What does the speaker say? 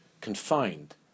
confined